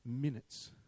minutes